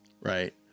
right